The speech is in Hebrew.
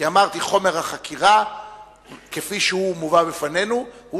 כי אמרתי: חומר החקירה כפי שהוא מובא בפנינו הוא